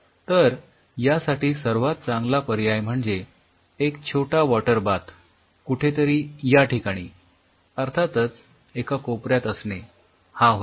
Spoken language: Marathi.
तर यासाठी सर्वात चांगला पर्याय म्हणजे एक छोटा वॉटर बाथ कुठेतरी याठिकाणी अर्थातच एका कोपऱ्यात असणे हा होय